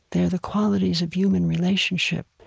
they are the qualities of human relationship,